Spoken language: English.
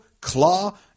Claw